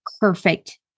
perfect